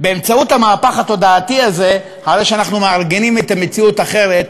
באמצעות המהפך התודעתי הזה אנחנו מארגנים את המציאות אחרת,